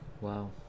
Wow